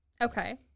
Okay